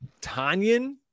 Tanyan